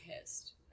pissed